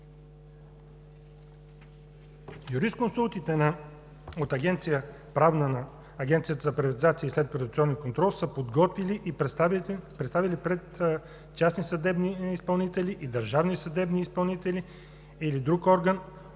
„Правна“ на Агенцията за приватизация и следприватизационен контрол са подготвили и представили пред частни съдебни изпълнители, държавни съдебни изпълнители или друг орган